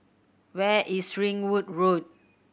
where is Ringwood Road